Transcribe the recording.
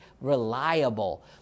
reliable